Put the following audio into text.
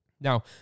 Now